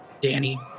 Danny